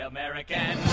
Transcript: American